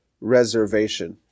reservation